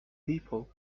people